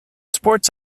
sports